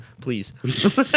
please